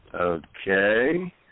Okay